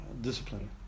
discipline